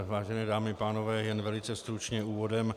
Vážené dámy, pánové, jen velice stručně úvodem.